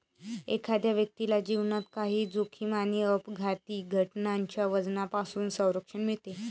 एखाद्या व्यक्तीला जीवनात काही जोखीम आणि अपघाती घटनांच्या वजनापासून संरक्षण मिळते